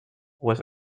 was